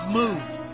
move